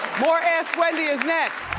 more ask wendy is next.